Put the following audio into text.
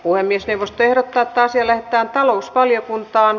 puhemiesneuvosto ehdottaa että asia lähetetään talousvaliokuntaan